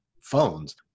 phones